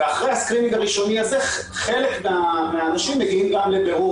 ואחרי המיון הראשוני הזה חלק מהאנשים מגיעים גם לבירור